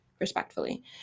Respectfully